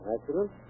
Accident